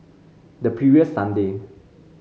the previous Sunday